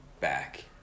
back